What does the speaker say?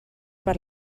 per